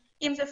אם זה פורום,